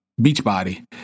Beachbody